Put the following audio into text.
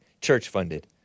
church-funded